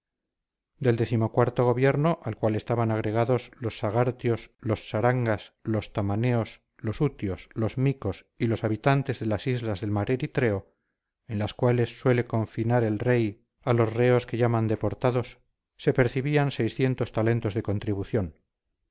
del decimocuarto gobierno al cual estaban agregados los sagartios los sarangas los tamaneos los utios los micos y los habitantes de las islas del mar eritreo en las cuales suele confinar el rey a los reos que llaman deportados se percibían talentos de contribución